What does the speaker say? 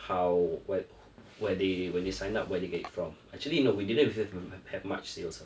how what were they when they sign up where they get it from actually no we didn't have have have much sales ah